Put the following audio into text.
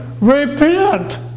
repent